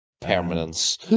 Permanence